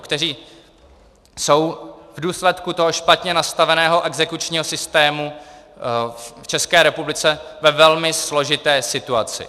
Kteří jsou v důsledku špatně nastaveného exekučního systému v České republice ve velmi složité situaci.